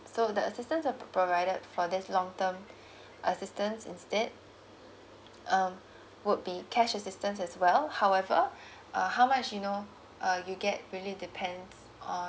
so the assistant uh provided for this long term assistance instead um would be cash assistance as well however uh how much you know uh you get really depends on